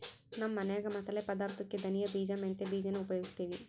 ನಮ್ಮ ಮನ್ಯಾಗ ಮಸಾಲೆ ಪದಾರ್ಥುಕ್ಕೆ ಧನಿಯ ಬೀಜ, ಮೆಂತ್ಯ ಬೀಜಾನ ಉಪಯೋಗಿಸ್ತೀವಿ